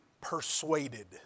persuaded